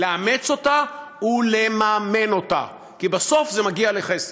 לאמץ אותה ולממן אותה, כי בסוף זה מגיע לכסף.